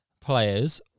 players